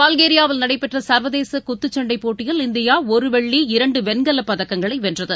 பல்கேரியாவில் நடைபெற்ற சர்வதேச குத்துச்சண்டை போட்டியில் இந்தியா ஒரு வெள்ளி இரண்டு வெண்கல பதக்கங்களை வென்றது